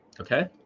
okay